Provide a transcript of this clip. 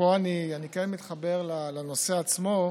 ופה אני כן מתחבר לנושא עצמו,